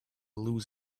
lose